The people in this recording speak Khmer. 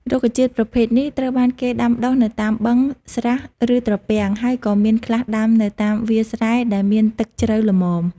រុក្ខជាតិប្រភេទនេះត្រូវបានគេដាំដុះនៅតាមបឹង ស្រះ ឬត្រពាំង ហើយក៏មានខ្លះដាំនៅតាមវាលស្រែដែលមានទឹកជ្រៅល្មម ។